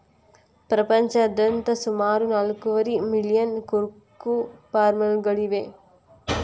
ಪ್ರಪಂಚದಾದ್ಯಂತ ಸುಮಾರು ನಾಲ್ಕೂವರೆ ಮಿಲಿಯನ್ ಕೋಕೋ ಫಾರ್ಮ್ಗಳಿವೆ